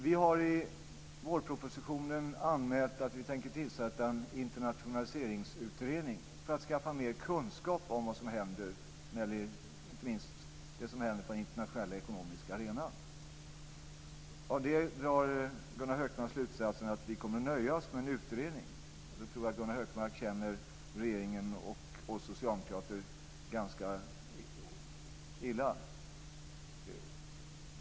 Vi har i vårpropositionen anmält att vi tänker tillsätta en internationaliseringsutredning för att skaffa mer kunskap om vad som händer - inte minst på den internationella ekonomiska arenan. Av det drar Gunnar Hökmark slutsatsen att vi kommer att nöja oss med en utredning. Då tror jag att Gunnar Hökmark känner regeringen och oss socialdemokrater ganska illa.